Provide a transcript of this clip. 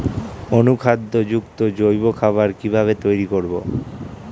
অনুখাদ্য যুক্ত জৈব খাবার কিভাবে তৈরি করব?